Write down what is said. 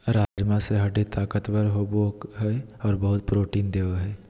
राजमा से हड्डी ताकतबर होबो हइ और बहुत प्रोटीन देय हई